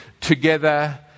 together